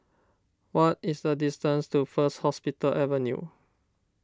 what is the distance to First Hospital Avenue